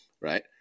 right